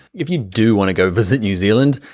if you do wanna go visit new zealand,